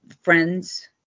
friends